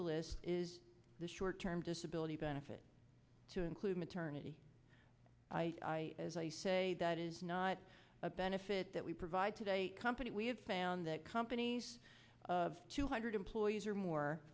the list is the short term disability benefit to include maternity i as i say that is not a benefit that we provide today a company we have found that companies of two hundred employees or more